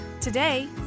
Today